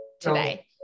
today